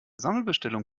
sammelbestellung